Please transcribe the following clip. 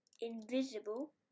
invisible